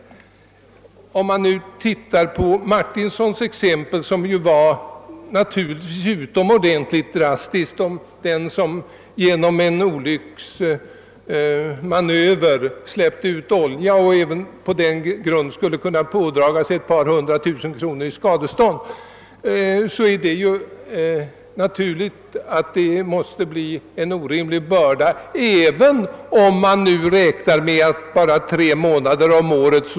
Alldeles utomordentligt drastiskt var herr Martinssons exempel, som gällde en person vilken genom en olycksmanöver släppte ut olja och ådrog sig ett skadestånd på ett par hundra tusen kronor. Det är naturligt att detta måste bli en orimlig börda, även om han endast skall betala av under tre månader om året.